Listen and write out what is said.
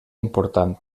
important